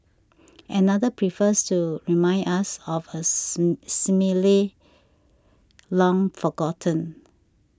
another prefers to remind us of a simile long forgotten